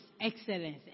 excellence